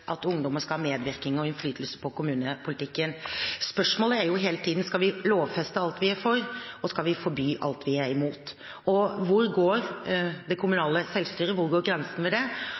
at ungdom skal ha medvirkning i og innflytelse på kommunepolitikken. Spørsmålet er hele tiden om vi skal lovfeste alt vi er for, og forby alt vi er imot. Og hvor går grensen for det kommunale selvstyret? Vi har 422 kommuner i Norge – etter min mening altfor mange – det